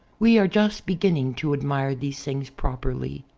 we are just beginning to admire these things properly.